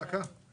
לפני דקה?